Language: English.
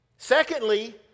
Secondly